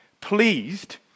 pleased